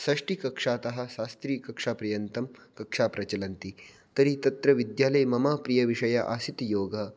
षष्ठीकक्षातः शास्त्रीकक्षापर्यन्तं कक्षाः प्रचलन्ति तर्हि तत्र विद्यालये मम प्रियः विषयः आसीत् योगः